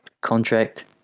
contract